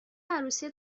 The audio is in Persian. عروسی